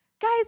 Guys